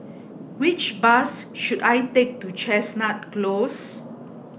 which bus should I take to Chestnut Close